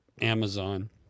Amazon